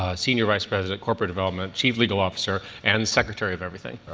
ah senior vice president, corporate development, chief legal officer, and secretary of everything.